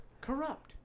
corrupt